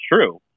true